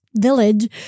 village